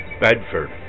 Bedford